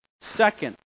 second